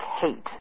hate